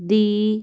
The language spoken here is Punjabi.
ਦੀ